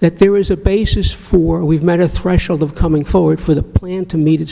that there is a basis for we've met a threshold of coming forward for the plan to